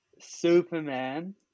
Superman